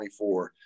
24